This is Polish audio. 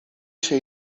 się